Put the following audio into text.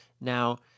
Now